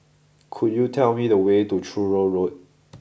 could you tell me the way to Truro Road